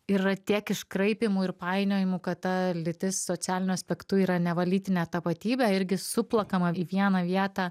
yra tiek iškraipymų ir painiojimų kad ta lytis socialiniu aspektu yra neva lytinė tapatybė irgi suplakama į vieną vietą